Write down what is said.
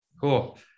Cool